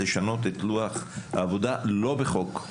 לשנות את לוח העבודה לא בחוק,